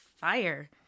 fire